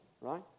right